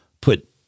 put